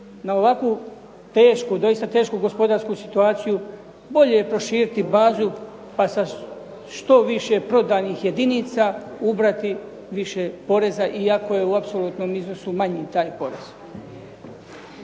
na ovakvu tešku, doista tešku, gospodarsku situaciju bolje je proširiti bazu pa sa što više prodanih jedinica ubrati više poreza. Iako je u apsolutnom iznosu manji taj porez.